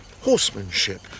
Horsemanship